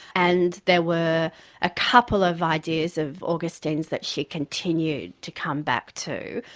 and there were a couple of ideas of augustine's that she continued to come back to.